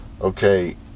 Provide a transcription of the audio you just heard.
okay